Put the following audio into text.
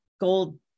gold